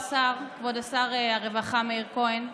כבוד שר הרווחה מאיר כהן,